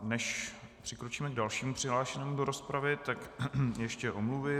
Než přikročíme k dalšímu přihlášenému do rozpravy, tak ještě omluvy.